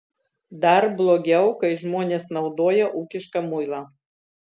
dar blogiau kai žmonės naudoja ūkišką muilą